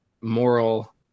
moral